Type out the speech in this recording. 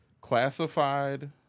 classified